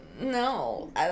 no